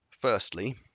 Firstly